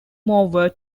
mower